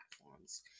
platforms